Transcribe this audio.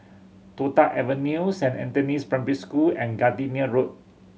Toh Tuck Avenue Saint Anthony's Primary School and Gardenia Road